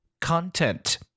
content